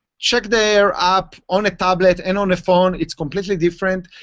check their app on a tablet and on a phone. it's completely different.